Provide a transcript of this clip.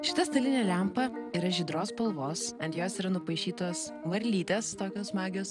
šita stalinė lempa yra žydros spalvos ant jos yra nupaišytos varlytės tokios smagios